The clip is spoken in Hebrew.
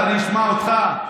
אז אשמע אותך.